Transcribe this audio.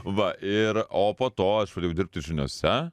va ir o po to aš pradėjau dirbti žiniose